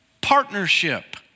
partnership